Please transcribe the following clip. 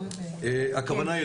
הכוונה היא